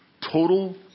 Total